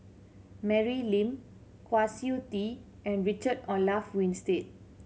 Mary Lim Kwa Siew Tee and Richard Olaf Winstedt